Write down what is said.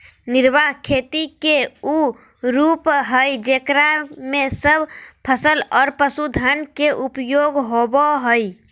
निर्वाह खेती के उ रूप हइ जेकरा में सब फसल और पशुधन के उपयोग होबा हइ